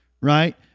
right